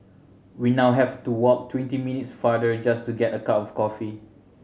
we now have to walk twenty minutes farther just to get a cup of coffee